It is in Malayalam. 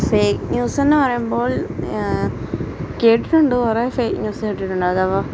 ഫേക്ക് ന്യൂസ് എന്നു പറയുമ്പോള് കേട്ടിട്ടുണ്ട് കുറെ ഫേക്ക് ന്യൂസ് കേട്ടിട്ടുണ്ട് അഥവാ